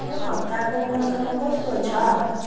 यो हप्ताको मौसम कस्तो छ